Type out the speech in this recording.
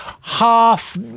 Half